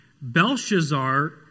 Belshazzar